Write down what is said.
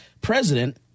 president